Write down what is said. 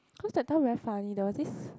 cause that time very funny there was this